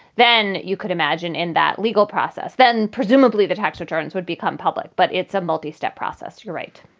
then you could imagine in that legal process, then presumably the tax returns would become public. but it's a multi-step process. you're right